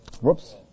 Whoops